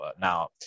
now